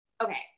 okay